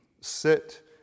sit